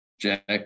Jack